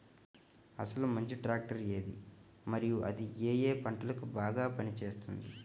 అసలు మంచి ట్రాక్టర్ ఏది మరియు అది ఏ ఏ పంటలకు బాగా పని చేస్తుంది?